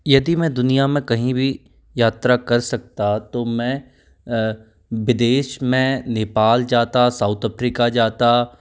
यदि मैं दुनिया में कहीं भी यात्रा कर सकता तो मैं विदेश में नेपाल जाता साउत अप्रीका जाता